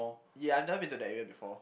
ya I've never been to that area before